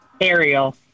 Ariel